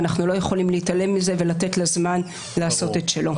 ואנחנו לא יכולים להתעלם מזה ולתת לזמן לעשות את שלו.